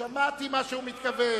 הוא מתכוון